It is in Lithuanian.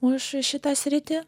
už šitą sritį